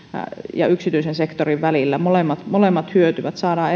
ja yksityisen sektorin välillä molemmat molemmat hyötyvät saadaan